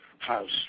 House